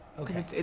Okay